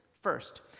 First